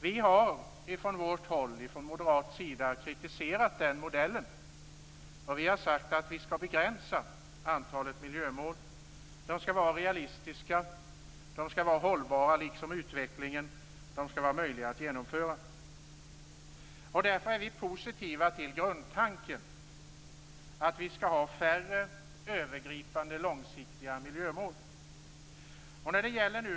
Vi har från vårt håll kritiserat den modellen. Vi har sagt att vi skall begränsa antalet miljömål. De skall vara realistiska och hållbara, liksom utvecklingen. De skall vara möjliga att genomföra. Därför är vi positiva till grundtanken, att vi skall färre övergripande långsiktiga miljömål.